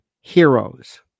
heroes